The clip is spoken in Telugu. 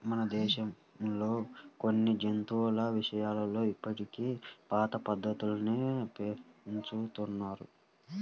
మన దేశంలో కొన్ని జంతువుల విషయంలో ఇప్పటికీ పాత పద్ధతుల్లోనే పెంచుతున్నారు